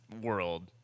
world